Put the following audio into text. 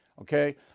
okay